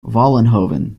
vollenhoven